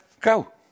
go